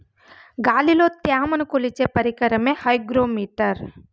గాలిలో త్యమను కొలిచే పరికరమే హైగ్రో మిటర్